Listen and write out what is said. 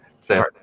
Say